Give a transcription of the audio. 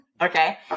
okay